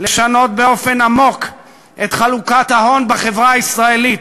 לשנות באופן עמוק את חלוקת ההון בחברה הישראלית